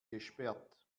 gesperrt